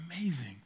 amazing